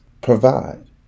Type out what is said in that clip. provide